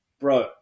bro